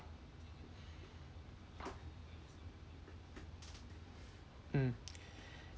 mm